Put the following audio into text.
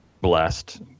blessed